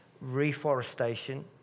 reforestation